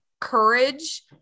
courage